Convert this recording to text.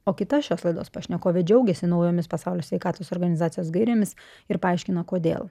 o kita šios laidos pašnekovė džiaugėsi naujomis pasaulio sveikatos organizacijos gairėmis ir paaiškino kodėl